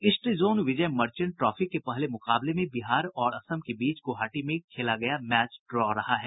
east zone Vijay Merchant trophy के पहले मुकाबले में बिहार और असम के बीच गुवाहाटी में खेला गया मैच ड्रॉ रहा है